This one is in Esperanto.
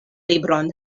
libron